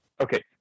Okay